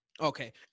Okay